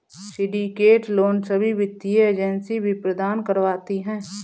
syndicate loan सभी वित्तीय agency भी प्रदान करवाती है